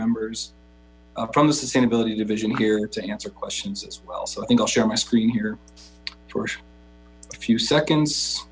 members from the sustainability division here to answer questions as well so i think i'll share my screen here a few seconds